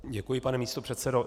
Děkuji, pane místopředsedo.